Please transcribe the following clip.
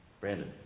Brandon